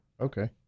Okay